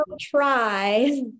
try